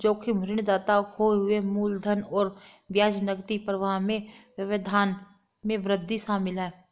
जोखिम ऋणदाता खोए हुए मूलधन और ब्याज नकदी प्रवाह में व्यवधान में वृद्धि शामिल है